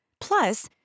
Plus